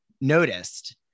noticed